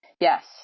yes